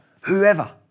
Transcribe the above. Whoever